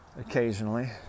occasionally